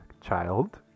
child